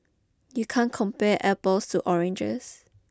you can't compare apples to oranges